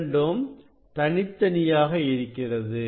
இரண்டும் தனித்தனியாக இருக்கிறது